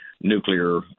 nuclear